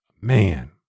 man